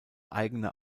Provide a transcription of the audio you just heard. eigener